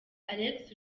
alex